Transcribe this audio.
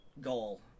goal